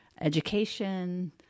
education